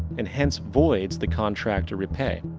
and hence, voids the contract to repay.